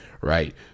right